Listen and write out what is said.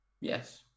Yes